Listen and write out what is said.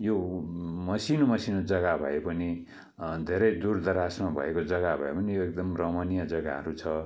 यो मसिनो मसिनो जग्गा भए पनि धेरै दूर दराजमा भएको जग्गा भए पनि यो एकदम रमणीय जग्गाहरू छ